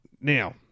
Now